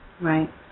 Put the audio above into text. Right